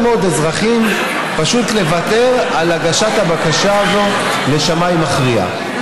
מאוד אזרחים פשוט לוותר על הגשת הבקשה הזאת לשמאי מכריע.